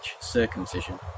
circumcision